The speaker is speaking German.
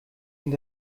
sind